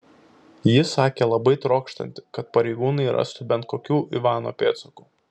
ji sakė labai trokštanti kad pareigūnai rastų bent kokių ivano pėdsakų